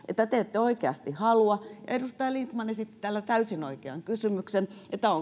että te ette oikeasti halua sitä edustaja lindtman esitti täällä täysin oikean kysymyksen